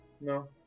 No